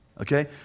Okay